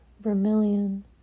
vermilion